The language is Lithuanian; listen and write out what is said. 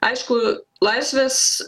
aišku laisvės